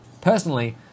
Personally